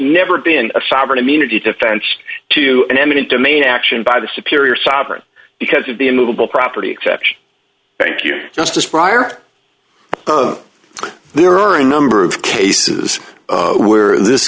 never been a sovereign immunity defense to an eminent domain action by the superior sovereign because of the immovable property exception thank you just as prior there are a number of cases where this